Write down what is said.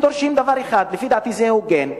הם דורשים דבר אחד, ולפי דעתי זה הוגן: